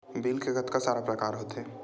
Bill के कतका सारा प्रकार होथे?